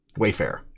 Wayfair